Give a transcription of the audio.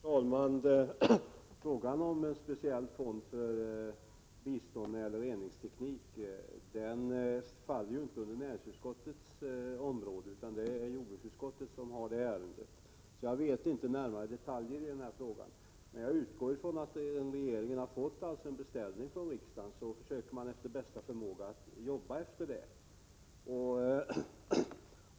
Herr talman! Frågan om en speciell fond för bistånd beträffande reningsteknik faller inte inom näringsutskottets område, utan det är jordbruksutskottet som har det ärendet. Jag känner inte till närmare detaljer i frågan, men jag utgår från att regeringen, då den har fått en beställning från riksdagen, efter bästa förmåga försöker att arbeta i enlighet med denna beställning.